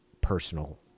personal